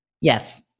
Yes